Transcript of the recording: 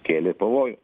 kėlė pavojų